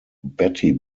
batty